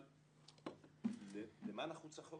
פגיעה בחופש הביטוי והאפקט המצנן שהתיקון המוצע כורך עמו.